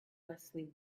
leslie